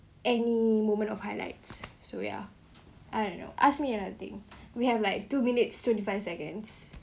any moment of highlights so ya I don't know ask me another thing we have like two minutes twenty-five seconds